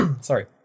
sorry